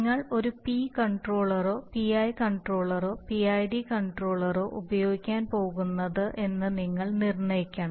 നിങ്ങൾ ഒരു പി കൺട്രോളറോ പിഐ കൺട്രോളറോ പിഐഡി കൺട്രോളറോ ഉപയോഗിക്കാൻ പോകുന്നത് എന്ന് നിങ്ങൾ നിർണ്ണയിക്കണം